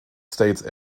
states